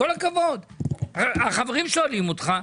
עם כל הכבוד, החברים שואלים אותך.